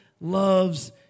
loves